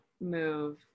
move